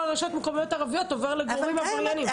לרשויות המקומיות הערביות עובר לגורמים עבריינים.